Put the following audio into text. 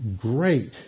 Great